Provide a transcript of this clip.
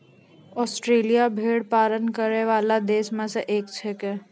Australia भेड़ पालन करै वाला देश म सें एक छिकै